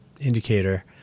indicator